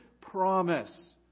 promise